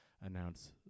announce